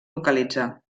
localitzar